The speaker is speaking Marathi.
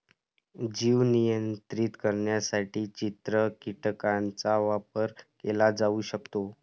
जीव नियंत्रित करण्यासाठी चित्र कीटकांचा वापर केला जाऊ शकतो